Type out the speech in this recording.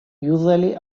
usually